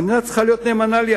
המדינה צריכה להיות נאמנה לי.